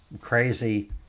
crazy